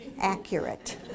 accurate